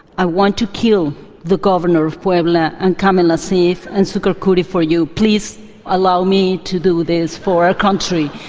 i want to kill the governor of puebla and kamel ah nacif and succar kuri for you. please allow me to do this for our country.